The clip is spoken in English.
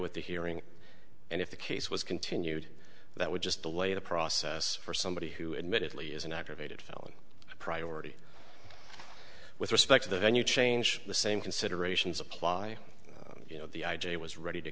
with the hearing and if the case was continued that would just delay the process for somebody who admittedly is an aggravated felony priority with respect to the venue change the same considerations apply you know the i j a was ready to